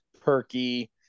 perky